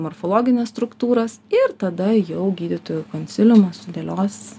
morfologines struktūras ir tada jau gydytojų konsiliumas sudėlios